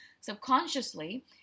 subconsciously